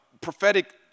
prophetic